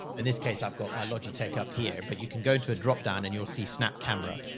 and this case, i've got my logitech up here, but you can go to a drop down and you'll see snap camera.